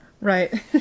Right